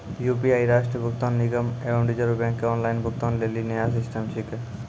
UPI राष्ट्रीय भुगतान निगम एवं रिज़र्व बैंक के ऑनलाइन भुगतान लेली नया सिस्टम छिकै